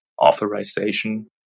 authorization